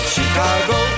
Chicago